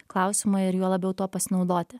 klausimą ir juo labiau tuo pasinaudoti